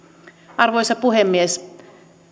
arvoisa puhemies